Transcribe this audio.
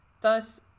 Thus